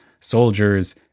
soldiers